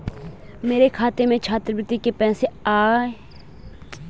मेरे खाते में छात्रवृत्ति के पैसे आए होंगे इसको मैं कैसे चेक कर सकती हूँ?